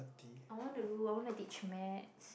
I want to do I want to teach maths